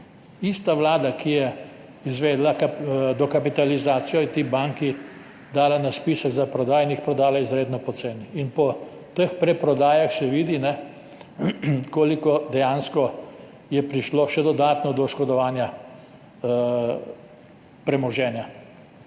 Ista vlada, ki je izvedla dokapitalizacijo, je ti banki dala na spisek za prodajo in ju prodala izredno poceni. In po teh preprodajah se vidi, koliko je dejansko še prišlo dodatno do oškodovanja premoženja.